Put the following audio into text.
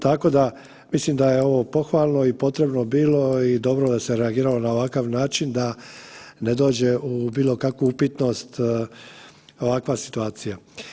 Tako da, mislim da je ovo pohvalno i potrebno bilo i dobro da se reagiralo na ovakav način da ne dođe u bilo kakvu upitnost ovakva situacija.